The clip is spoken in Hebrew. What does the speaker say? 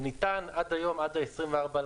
זה ניתן עד היום עד ה-24.20